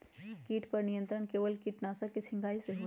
किट पर नियंत्रण केवल किटनाशक के छिंगहाई से होल?